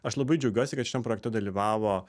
aš labai džiaugiuosi kad šitam projekte dalyvavo